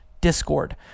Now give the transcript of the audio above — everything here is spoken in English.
Discord